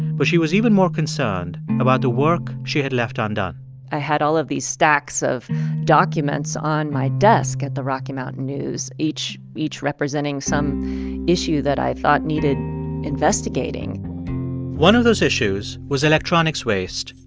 but she was even more concerned about the work she had left undone i had all of these stacks of documents on my desk at the rocky mountain news, each each representing some issue that i thought needed investigating one of those issues was electronics waste,